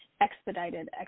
expedited